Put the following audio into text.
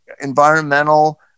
environmental